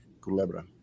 Culebra